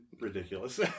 ridiculous